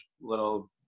little